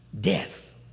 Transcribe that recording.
death